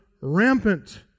rampant